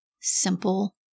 simple